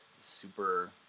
super